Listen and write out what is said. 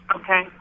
Okay